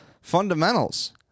fundamentals